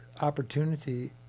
opportunity